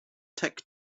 tech